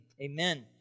amen